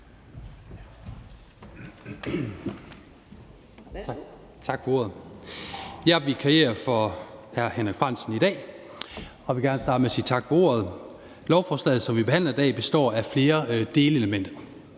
Tak for ordet. Jeg vikarierer for hr. Henrik Frandsen i dag og vil gerne starte med at sige tak for ordet. Lovforslaget, som vi behandler i dag, består af flere delelementer.